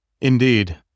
Indeed